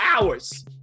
hours